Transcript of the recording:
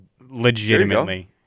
Legitimately